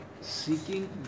Seeking